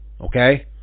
Okay